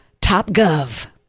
TopGov